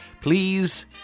Please